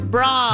Bra